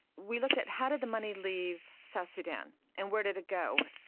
we looked at how did the money leave south sudan and where did it go?